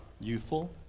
Youthful